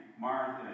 Martha